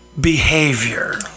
behavior